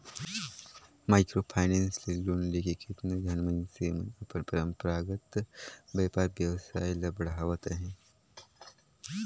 micro finance ले loan लेके केतनो झन मइनसे मन अपन परंपरागत बयपार बेवसाय ल बढ़ावत अहें